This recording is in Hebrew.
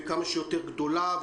כמה שיותר גדולה,